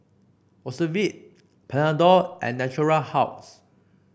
Ocuvite Panadol and Natura House